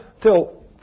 till